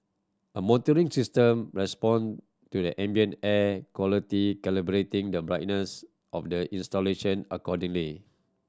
a monitoring system respond to the ambient air quality calibrating the brightness of the installation accordingly